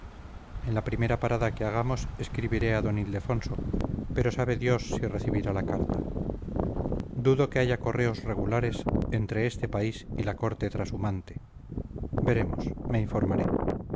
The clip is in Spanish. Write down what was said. en la primera parada que hagamos escribiré a d ildefonso pero sabe dios si recibirá la carta dudo que haya correos regulares entre este país y la corte trashumante veremos me informaré